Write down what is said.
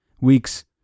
weeks